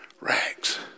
rags